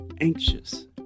anxious